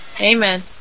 Amen